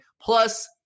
Plus